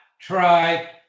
try